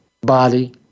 body